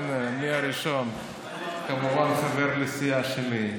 הינה, אני הראשון, כמובן, חבר לסיעה שלי.